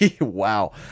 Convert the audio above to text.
Wow